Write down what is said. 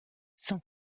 son